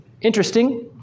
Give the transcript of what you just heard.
interesting